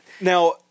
Now –